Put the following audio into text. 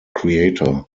creator